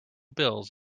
bills